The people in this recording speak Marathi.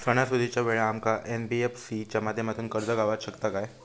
सणासुदीच्या वेळा आमका एन.बी.एफ.सी च्या माध्यमातून कर्ज गावात शकता काय?